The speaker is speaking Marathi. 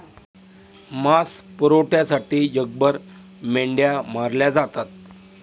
मांस पुरवठ्यासाठी जगभर मेंढ्या मारल्या जातात